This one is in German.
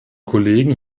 kollegen